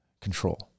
control